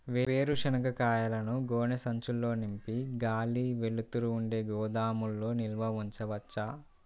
వేరుశనగ కాయలను గోనె సంచుల్లో నింపి గాలి, వెలుతురు ఉండే గోదాముల్లో నిల్వ ఉంచవచ్చా?